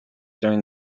during